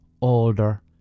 older